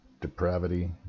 depravity